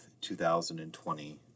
2020